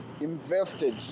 invested